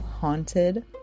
haunted